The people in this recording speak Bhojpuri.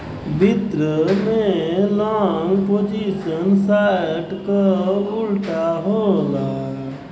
वित्त में लॉन्ग पोजीशन शार्ट क उल्टा होला